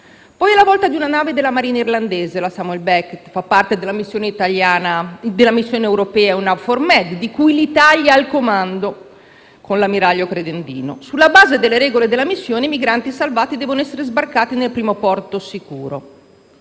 Poi è la volta della nave Samuel Beckett della Marina irlandese, che fa parte della missione europea EUNAVFOR Med, di cui l'Italia ha il comando con l'ammiraglio Credendino. Sulla base delle regole della missione, i migranti salvati devono essere sbarcati nel primo porto sicuro,